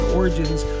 origins